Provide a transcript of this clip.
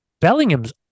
Bellingham's